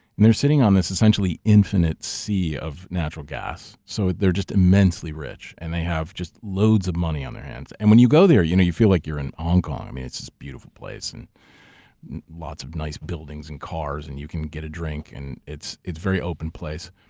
and they're sitting on this, essentially, infinite sea of natural gas. so they're just immensely rich, and they have just loads of money on their hands. and when you go there, you know, you feel like you're in hong kong. it's this beautiful place and lots of nice buildings and cars and you can get a drink and it's it's very open place.